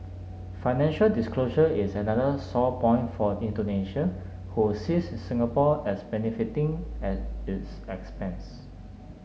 financial disclosure is another sore point for Indonesia who sees Singapore as benefiting at its expense